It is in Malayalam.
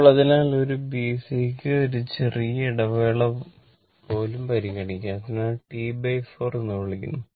ഇപ്പോൾ അതിനാൽ ഒരു bc ക്ക് ഒരു ചെറിയ ഇടവേള പോലും പരിഗണിക്കാം അതാണ് T4 എന്ന് വിളിക്കുന്നത്